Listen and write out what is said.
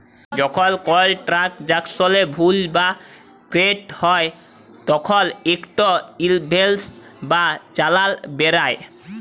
যখল কল ট্রালযাকশলে ভুল বা ত্রুটি হ্যয় তখল ইকট ইলভয়েস বা চালাল বেরাই